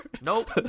Nope